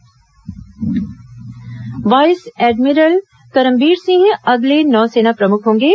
navy प्रमुख vice admiral Karambir Singh अगले नौसेना प्रमुख होंगे